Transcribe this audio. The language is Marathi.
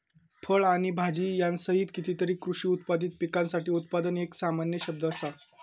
फळ आणि भाजीयांसहित कितीतरी कृषी उत्पादित पिकांसाठी उत्पादन एक सामान्य शब्द असा